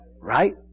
Right